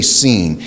seen